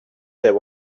there